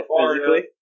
physically